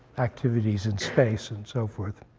activities in space and so forth.